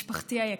משפחתי היקרה,